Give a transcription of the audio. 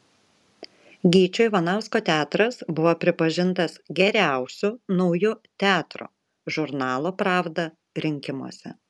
gyčio ivanausko teatras buvo pripažintas geriausiu nauju teatru žurnalo pravda rinkimuose